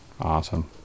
Awesome